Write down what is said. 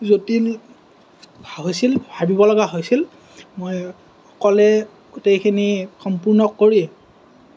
জটিল হৈছিল ভাবিবলগা হৈছিল মই অকলে গোটেইখিনি সম্পূৰ্ণ কৰি